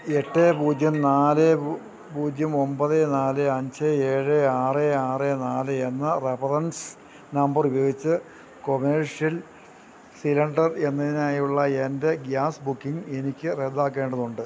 എട്ട് പൂജ്യം നാല് പൂജ്യം ഒമ്പത് നാല് അഞ്ച് ഏഴ് ആറ് ആറ് നാല് എന്ന റഫറൻസ് നമ്പർ ഉപയോഗിച്ച് കൊമേർഷ്യൽ സിലിണ്ടർ എന്നതിനായുള്ള എൻ്റെ ഗ്യാസ് ബുക്കിംഗ് എനിക്ക് റദ്ദാക്കേണ്ടതുണ്ട്